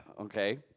Okay